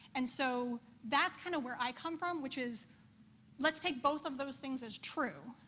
and so that's kind of where i come from, which is let's take both of those things as true.